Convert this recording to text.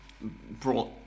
brought